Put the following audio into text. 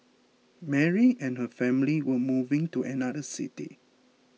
Mary and her family were moving to another city